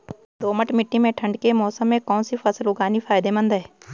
दोमट्ट मिट्टी में ठंड के मौसम में कौन सी फसल उगानी फायदेमंद है?